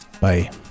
Bye